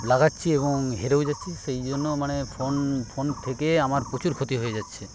লাগাচ্ছি এবং হেরেও যাচ্ছি সেইজন্য মানে ফোন ফোন থেকে আমার প্রচুর ক্ষতি হয়ে যাচ্ছে